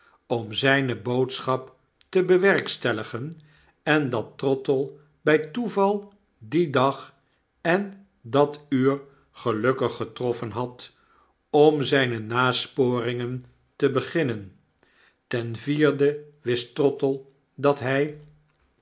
om zijne boodschap te bewerkstelligen en dat trottle bij toeval dien dag en dat uurgelukkig getroffen had om zijne nasporingen te begmnen ten vierde wist trottle dat hij